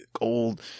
old